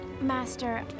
Master